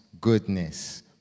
goodness